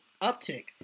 uptick